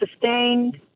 sustained